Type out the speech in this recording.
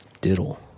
Diddle